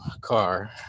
car